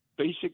Basic